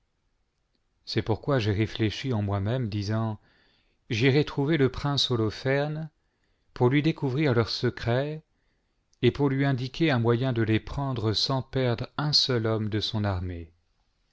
c'est pourquoi j'ai réfléchi en moi-même disant j'irai trouver le prince holoferne pour lui découvrir leurs secrets et pour lui indiquer un moyen de les prendre sans perdre un seul homme de son armée